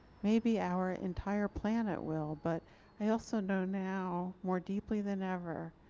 maybe our entire planet will but i also know now more deeply than ever,